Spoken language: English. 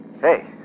Hey